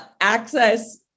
access